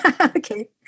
Okay